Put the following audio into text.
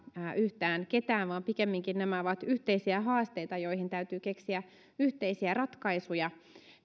yhtään ketään vaan pikemminkin nämä ovat yhteisiä haasteita joihin täytyy keksiä yhteisiä ratkaisuja